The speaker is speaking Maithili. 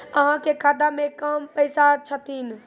अहाँ के खाता मे कम पैसा छथिन?